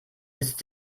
ist